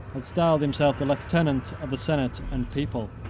had styled himself the lieutenant of the senate and people.